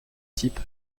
type